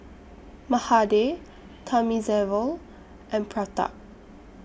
Mahade Thamizhavel and Pratap